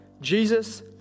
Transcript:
Jesus